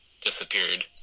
disappeared